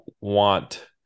want –